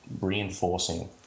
reinforcing